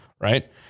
right